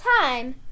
time